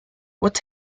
what